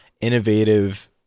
innovative